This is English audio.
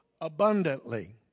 abundantly